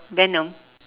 venom